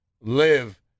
live